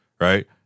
Right